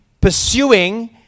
pursuing